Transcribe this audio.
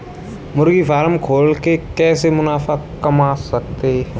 मुर्गी फार्म खोल के कैसे मुनाफा कमा सकते हैं?